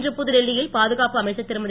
இன்று புதுடெல்லியில் பாதுகாப்பு அமைச்சர் திருமதி